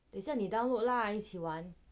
等下你 download lah 一起玩